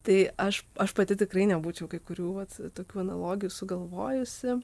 tai aš aš pati tikrai nebūčiau kai kurių vat tokių analogijų sugalvojusi